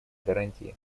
гарантии